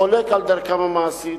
חולק על דרכם המעשית,